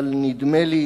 אבל נדמה לי